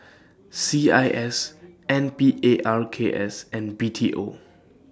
C I S N P A R K S and B T O